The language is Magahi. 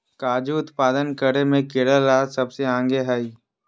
काजू उत्पादन करे मे केरल राज्य सबसे आगे हय